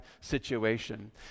situation